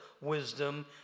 wisdom